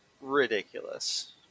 ridiculous